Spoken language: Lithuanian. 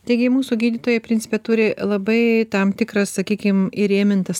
taigi mūsų gydytojai principe turi labai tam tikras sakykim įrėmintas